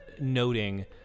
noting